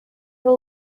the